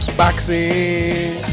boxing